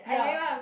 ya